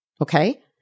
Okay